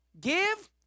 give